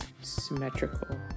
symmetrical